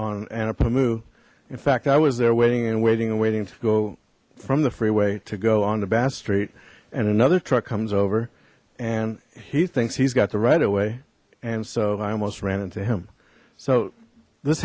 apollo in fact i was there waiting and waiting and waiting to go from the freeway to go on the bath street and another truck comes over and he thinks he's got the right away and so i almost ran into him so this